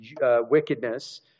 wickedness